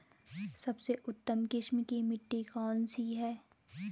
सबसे उत्तम किस्म की मिट्टी कौन सी है?